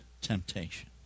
temptation